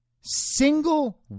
single